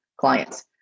clients